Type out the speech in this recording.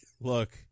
look